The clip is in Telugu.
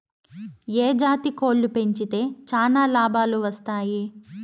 ఏ జాతి కోళ్లు పెంచితే చానా లాభాలు వస్తాయి?